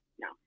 no